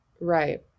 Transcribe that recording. Right